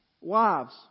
Wives